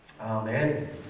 Amen